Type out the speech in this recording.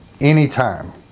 anytime